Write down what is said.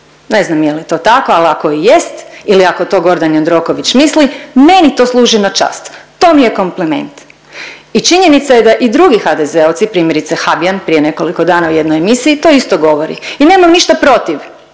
Ne znam je li to tako, ali ako i jest ili ako to Gordan Jandroković misli meni to služi na čast, to mi je kompliment. I činjenica je da i drugi HDZ-ovci primjerice Habijan prije nekoliko dana u jednoj emisiji to isto govori i nemam ništa protiv.